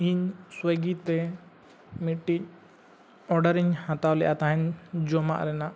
ᱤᱧ ᱥᱚᱭᱜᱤᱛᱮ ᱢᱤᱫᱴᱮᱱ ᱚᱰᱟᱨᱤᱧ ᱦᱟᱛᱟᱣ ᱞᱮᱜᱼᱟ ᱛᱟᱦᱮᱱ ᱡᱚᱢᱟᱜ ᱨᱮᱱᱟᱜ